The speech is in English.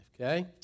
okay